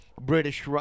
British